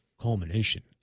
Culmination